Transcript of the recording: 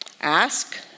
Ask